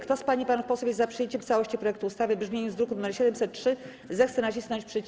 Kto z pań i panów posłów jest za przyjęciem w całości projektu ustawy w brzmieniu z druku nr 703, zechce nacisnąć przycisk.